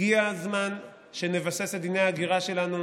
הגיע הזמן שנבסס את דיני ההגירה שלנו